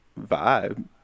vibe